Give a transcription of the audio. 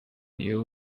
neo